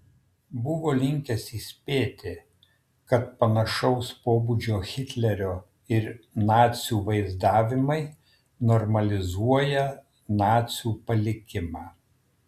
buvo linkęs įspėti kad panašaus pobūdžio hitlerio ir nacių vaizdavimai normalizuoja nacių palikimą